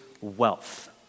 wealth